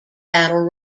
battle